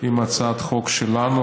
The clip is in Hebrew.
להצעת החוק שלנו,